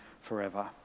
forever